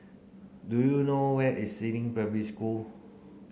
do you know where is Si Ling Primary School